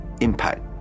impact